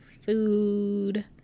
food